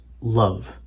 love